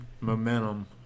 momentum